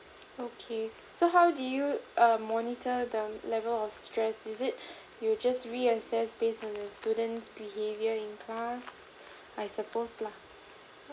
okay so how do you err monitor the level of stress is it you just reassess based on the students behaviour in class I suppose lah